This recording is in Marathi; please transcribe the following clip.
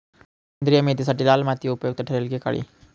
सेंद्रिय मेथीसाठी लाल माती उपयुक्त ठरेल कि काळी?